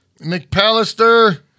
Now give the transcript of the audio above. McPallister